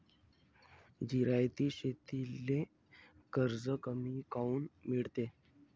जिरायती शेतीले कर्ज कमी काऊन मिळते?